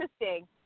interesting